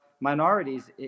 minorities